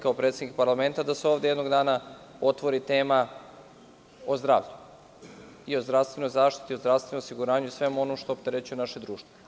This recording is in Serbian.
Kao predsednik parlamenta, ja podržavam da se ovde jednog dana otvori tema o zdravlju i o zdravstvenoj zaštiti i o zdravstvenom osiguranju i o svemu onome što opterećuje naše društvo.